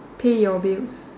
pay your bills